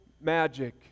magic